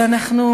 אבל פה,